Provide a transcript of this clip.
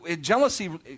jealousy